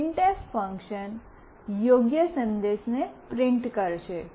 printf function યોગ્ય સંદેશને print કરશે